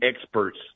experts